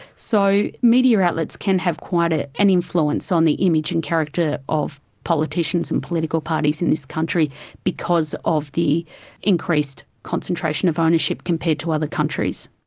so media outlets can have quite ah an influence on the image and character of politicians and political parties in this country because of the increased concentration of ownership compared to other countries.